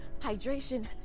hydration